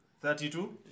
Thirty-two